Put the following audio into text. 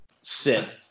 sit